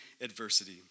adversity